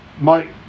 Mike